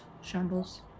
Shambles